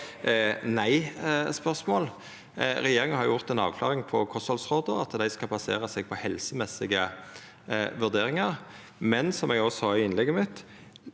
nei-spørsmål. Regjeringa har gjort ei avklaring i kosthaldsråda, at dei skal basera seg på helsemessige vurderingar. Men som eg sa i innlegget mitt: